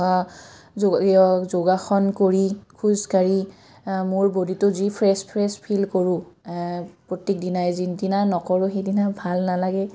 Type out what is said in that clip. যোগাসন কৰি খোজাঢ়ি মোৰ বডিটো যি ফ্ৰেছ ফ্ৰেছ ফিল কৰোঁ প্ৰত্যেকদিনাই যিদিনা নকৰোঁ সেইদিনা ভাল নালাগে